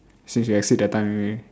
since we exceed the time ready